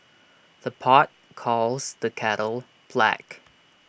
the pot calls the kettle black